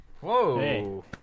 Whoa